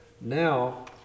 now